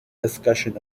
discussion